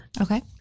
Okay